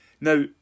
Now